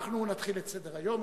אנחנו נתחיל את סדר-היום,